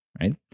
right